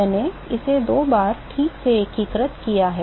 मैंने इसे दो बार ठीक से एकीकृत किया है